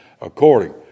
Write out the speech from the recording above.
according